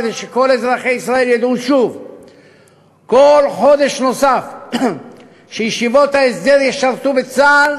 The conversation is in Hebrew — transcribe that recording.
כדי שכל אזרחי ישראל ידעו: כל חודש נוסף שישיבות ההסדר ישרתו בצה"ל